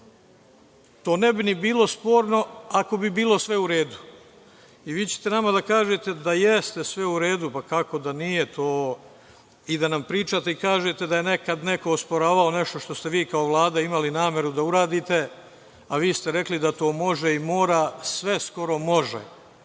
To ne bi ni bilo sporno ako bi bilo sve u redu, i vi ćete nama da kažete da jeste sve u redu, pa kako da nije, i da nam pričate i kažete da je nekad neko osporavao nešto što ste vi kao Vlada imali nameru da uradite, a vi ste rekli da to može i mora. Sve skoro može,